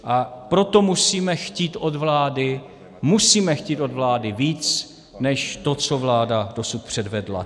A proto musíme chtít od vlády, musíme chtít od vlády víc než to, co vláda dosud předvedla.